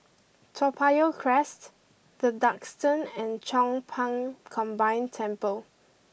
Toa Payoh Crest the Duxton and Chong Pang Combined Temple